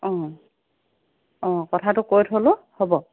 অঁ অঁ কথাটো কৈ থলোঁ হ'ব